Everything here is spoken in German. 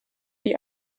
die